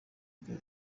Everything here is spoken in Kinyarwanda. ibyo